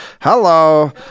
Hello